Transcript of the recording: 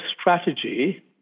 strategy